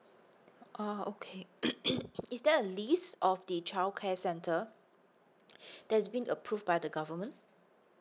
oh okay is there a list of the childcare center that's being approved by the government